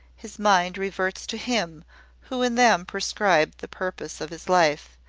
his mind reverts to him who in them prescribed the purpose of his life,